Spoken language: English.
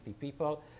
people